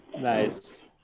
Nice